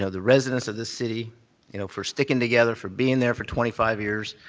ah the residents of this city you know for sticking together, for being there for twenty five years.